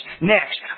Next